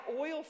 oil